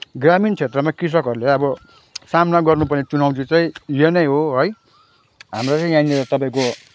ग्रामीण क्षेत्रका कृषकहरूले अब सामना गर्नपर्ने चुनौती चाहिँ यो नै हो है हाम्रो चाहिँ यहाँनिर तपाईँको